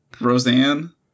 Roseanne